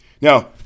Now